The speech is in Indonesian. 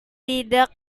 tidak